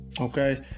okay